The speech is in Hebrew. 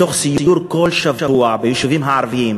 מתוך סיור בכל שבוע ביישובים הערביים,